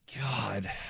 God